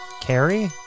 Carrie